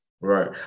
right